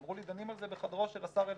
אמרו לי שדנים על זה בחדרו של השר אלקין.